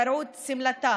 קרעו את שמלתה,